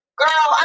girl